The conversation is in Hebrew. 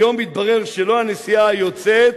היום התברר שלא הנשיאה היוצאת,